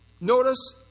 notice